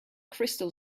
crystal